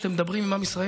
כשאתם מדברים עם עם ישראל,